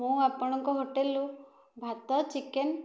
ମୁଁ ଆପଣଙ୍କ ହୋଟେଲରୁ ଭାତ ଚିକେନ